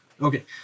Okay